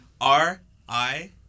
R-I